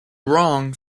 wrong